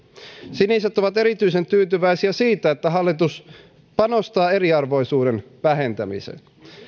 siniset ovat erityisen tyytyväisiä siitä että hallitus panostaa eriarvoisuuden vähentämiseen